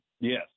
Yes